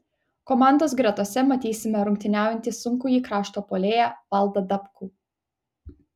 komandos gretose matysime rungtyniaujantį sunkųjį krašto puolėją valdą dabkų